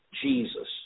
Jesus